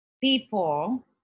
people